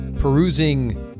perusing